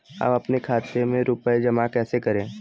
हम अपने खाते में रुपए जमा कैसे करें?